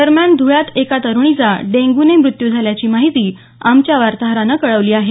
दरम्यान धुळ्यात एका तरुणीचा डेंग्यूने मृत्यू झाल्याची माहिती आमच्या वार्ताहरानं कळवली आहे